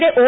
യുടെ ഒ